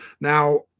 Now